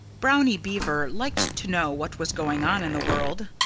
brownie beaver liked to know what was going on in the world.